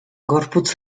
gorputz